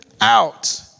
out